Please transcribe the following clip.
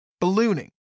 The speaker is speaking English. ballooning